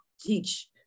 teach